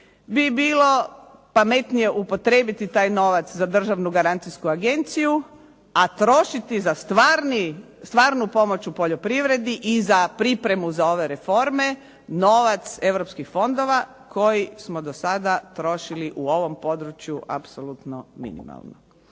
bi bilo pametnije upotrijebiti taj novac za Državnu garancijsku agenciju, a trošiti za stvarnu pomoć u poljoprivredi i za pripremu za ove reforme, novac europskih fondova koji smo do sada trošili u ovom području apsolutno minimalno.